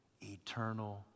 Eternal